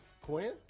Quinn